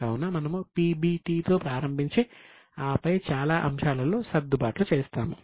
కావున మనము PBT తో ప్రారంభించి ఆపై చాలా అంశాలలో సర్దుబాట్లు చేస్తాము